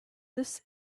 this